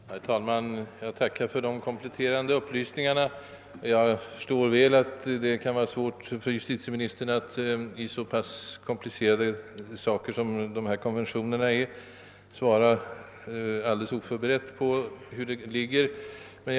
Herr talman! Jag tackar för de kompletterande upplysningarna. Jag förförstår väl att det kan vara svårt för justitieministern att i så pass komplicerade sammanhang som dessa konventioner svara alldeles oförberett hur det ligger till.